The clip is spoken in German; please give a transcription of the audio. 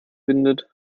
windet